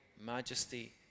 majesty